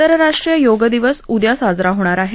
आंतरराष्ट्रीय योग दिवस उद्या साजरा होणार आहे